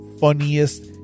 funniest